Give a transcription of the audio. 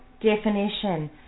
definition